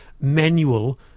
manual